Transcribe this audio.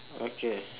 okay